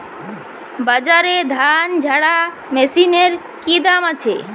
বাজারে ধান ঝারা মেশিনের কি দাম আছে?